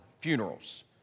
funerals